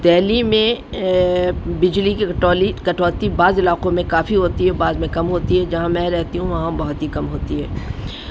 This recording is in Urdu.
دہلی میں بجلی کی کٹو کٹوتی بعض علاقوں میں کافی ہوتی ہے بعض میں کم ہوتی ہے جہاں میں رہتی ہوں وہاں بہت ہی کم ہوتی ہے